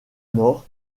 mort